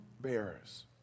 bearers